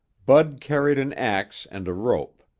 bud carried an ax and a rope.